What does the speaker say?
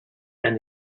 and